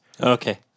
okay